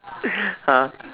!huh!